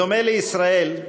בדומה לישראל,